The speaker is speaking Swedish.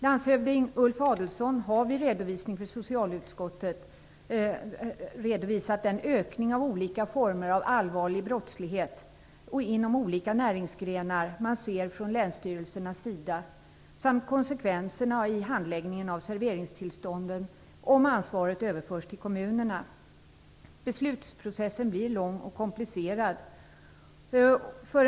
Landshövding Ulf Adelsohn har för socialutskottet redovisat den ökning av olika former av allvarlig brottslighet inom olika näringsgrenar man ser från länsstyrelsernas sida samt konsekvenserna i handläggningen av serveringstillstånden om ansvaret överförs till kommunerna. Beslutsprocessen blir då lång och komplicerad.